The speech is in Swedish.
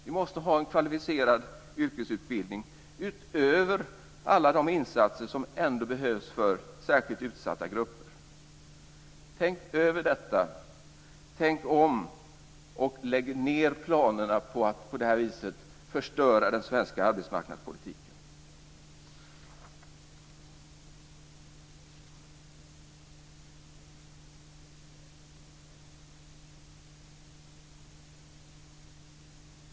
Vi måste ha en kvalificerad yrkesutbildning utöver alla de insatser som ändå behövs för särskilt utsatta grupper. Tänk över detta, tänk om och lägg ned planerna på att på detta vis förstöra den svenska arbetsmarknadspolitiken!